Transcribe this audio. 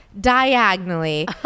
diagonally